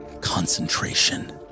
concentration